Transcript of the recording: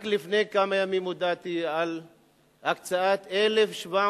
רק לפני כמה ימים הודעתי על הקצאת 1,700